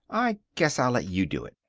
i guess i'll let you do it.